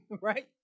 right